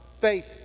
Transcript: faith